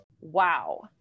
Wow